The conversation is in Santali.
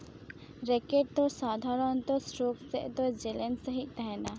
ᱨᱮᱠᱮᱴ ᱫᱚ ᱥᱟᱫᱷᱟᱨᱚᱱᱛᱚ ᱥᱨᱳᱛ ᱥᱮᱫ ᱫᱚ ᱡᱮᱞᱮᱧ ᱥᱟᱹᱦᱤᱡ ᱛᱟᱦᱮᱱᱟ